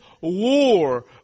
war